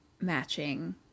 matching